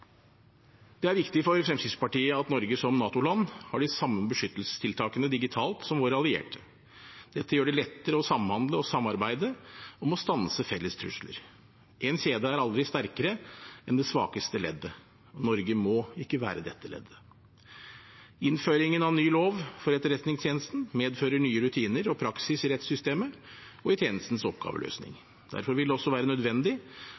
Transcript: Det er viktig for Fremskrittspartiet at Norge som NATO-land har de samme beskyttelsestiltakene digitalt som våre allierte. Dette gjør det lettere å samhandle og samarbeide om å stanse felles trusler. En kjede er aldri sterkere enn det svakeste leddet, og Norge må ikke være dette leddet. Innføringen av ny lov for Etterretningstjenesten medfører nye rutiner og praksis i rettssystemet og i tjenestens oppgaveløsning. Derfor vil det også være nødvendig